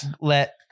let